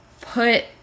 put